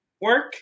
work